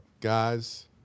Guys